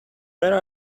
where